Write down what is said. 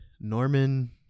Norman